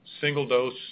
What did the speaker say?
single-dose